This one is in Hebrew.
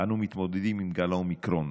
אנו מתמודדים עם גל האומיקרון.